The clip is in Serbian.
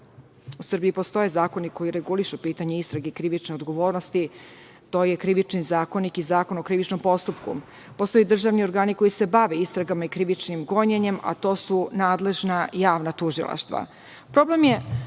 U Srbiji postoje zakoni koji regulišu pitanje istrage i krivične odgovornosti to je Krivični zakonik i Zakon o krivičnom postupku. Postoje državni organi koji se bave istragama i krivičnim gonjenjem, a to su nadležna javna tužilaštva.